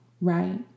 right